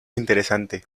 interesante